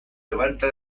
levanta